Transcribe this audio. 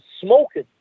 smoking